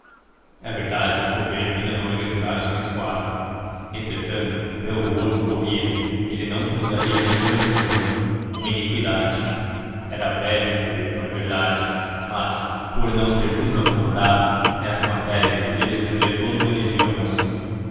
é verdade que o governo ainda não organizara a sua esquadra entretanto pelo rumor que corria ele não comandaria nem uma divisão uma iniqüidade era velho um pouco é verdade mas por não ter nunca comandado nessa matéria ele podia despender toda uma energia moça